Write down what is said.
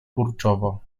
kurczowo